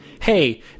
Hey